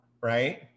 right